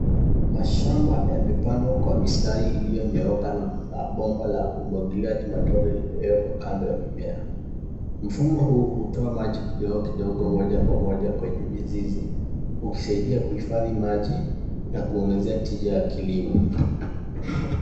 Mashamba yamepandwa kwa mistari iliyonyooka na bomba la umwagiliaji matone limewekwa kando ya mimea. Mfumo huu hutoa maji kidogo kidogo moja kwa moja kwenye mizizi ukisaidia kuhifadhi maji na kuongezea tija ya kilimo.